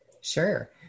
Sure